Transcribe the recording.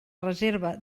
reserva